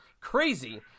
crazy